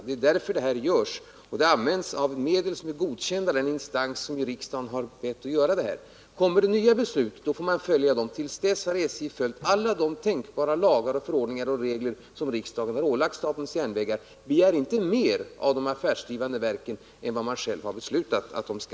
Det är därför som detta görs och här används endast medel som är godkända av den instans som enligt riksdagen har rätt att pröva dem. Om det kommer nya beslut får man följa dem. Till dess har SJ följt alla de lagar, förordningar och regler som riksdagen har ålagt SJ att följa. Begär inte mer av de affärsdrivande verken än vi själva har beslutat om!